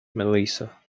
melissa